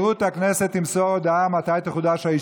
חוק ומשפט לוועדת החוץ והביטחון נתקבלה.